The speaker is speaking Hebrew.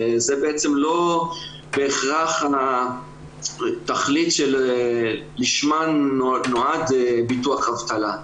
שזה לא בהכרח התכלית שלשמו נועד ביטוח אבטלה.